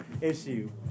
issue